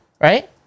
Right